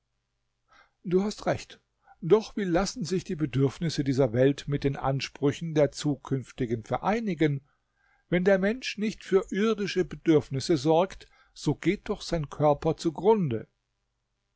du hast recht doch wie lassen sich die bedürfnisse dieser welt mit den ansprüchen der zukünftigen vereinigen wenn der mensch nicht für irdische bedürfnisse sorgt so geht doch sein körper zugrunde